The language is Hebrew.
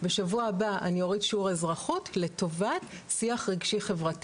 בשבוע הבא אני אוריד שיעור אזרחות לטובת שיח רגשי חברתי.